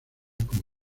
como